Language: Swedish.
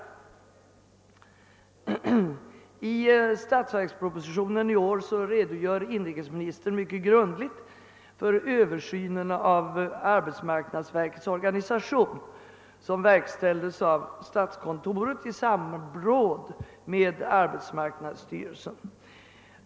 I statsverkspropositionen redogör inrikesministern mycket grundligt för den översyn av arbetsmarknadsverkets organisation som verkställts av statskontoret i samråd med arbetsmarknadsstyrelsen.